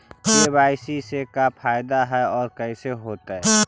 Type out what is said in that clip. KYC से का फायदा है और कैसे होतै?